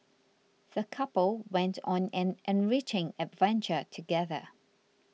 the couple went on an enriching adventure together